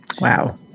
Wow